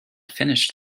finished